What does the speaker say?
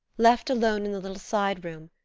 left alone in the little side room,